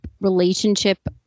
relationship